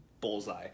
bullseye